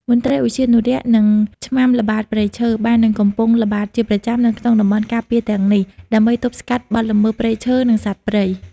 មន្ត្រីឧទ្យានុរក្ស និង ឆ្មាំល្បាតព្រៃឈើ បាននិងកំពុងល្បាតជាប្រចាំនៅក្នុងតំបន់ការពារទាំងនេះ ដើម្បីទប់ស្កាត់បទល្មើសព្រៃឈើ និងសត្វព្រៃ។